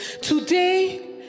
today